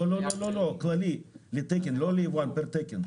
לא, לא, כללי לתקן, לא ליבואן, פר תקן.